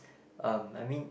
um I mean